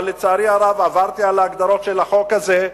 אבל עברתי על ההגדרות של החוק הזה,